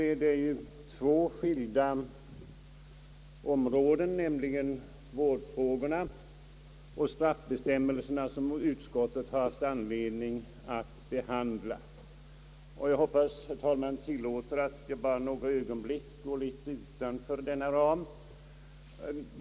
Det är ju två skilda områden, nämligen vårdfrågorna och straffbestämmelserna, som utskottet har haft anledning att behandla. Jag hoppas att herr talmannen tillåter att jag bara några ögonblick går litet utanför denna ram.